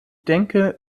denke